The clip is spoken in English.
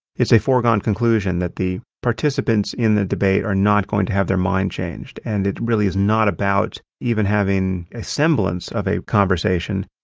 it's a foregone conclusion that the participants in the debate are not going to have their mind changed and it really is not about even having a semblance of a conversation.